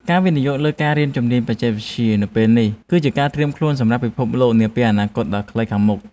ការវិនិយោគលើការរៀនជំនាញបច្ចេកវិទ្យានៅពេលនេះ គឺជាការត្រៀមខ្លួនសម្រាប់ពិភពលោកនាពេលអនាគតដ៏ខ្លីខាងមុខ។